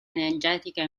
energetica